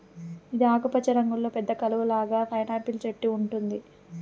ఇది ఆకుపచ్చ రంగులో పెద్ద కలువ లాగా పైనాపిల్ చెట్టు ఉంటుంది